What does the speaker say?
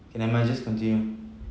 okay never mind just continue